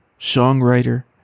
songwriter